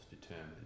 determined